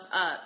up